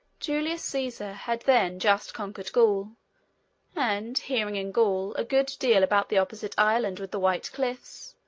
julius caesar had then just conquered gaul and hearing, in gaul, a good deal about the opposite island with the white cliffs,